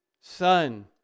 Son